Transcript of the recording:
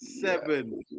Seven